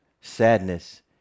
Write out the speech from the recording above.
sadness